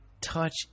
touch